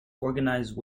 organize